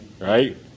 right